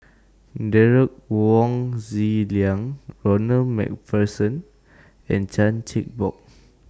Derek Wong Zi Liang Ronald MacPherson and Chan Chin Bock